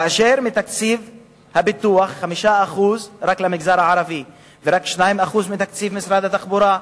כאשר מתקציב הפיתוח רק 5% למגזר הערבי ורק 2% מתקציב משרד התחבורה,